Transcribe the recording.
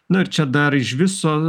nu ir čia dar iš viso